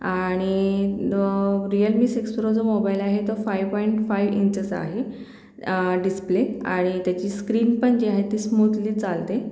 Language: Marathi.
आणि न रिअलमी सिक्स प्रो मोबाईल आहे तो फायू पॉईंट फायू इंचचा आहे डिस्प्ले आणि त्याची स्क्रीन पण जे आहे ती स्मूथली चालते